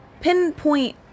pinpoint